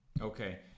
Okay